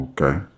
Okay